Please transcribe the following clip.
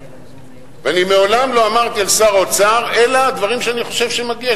ואני מעולם לא אמרתי על שר האוצר אלא דברים שאני חושב שמגיע,